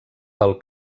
del